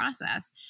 process